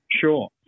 Sure